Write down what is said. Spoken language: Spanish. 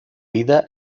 vida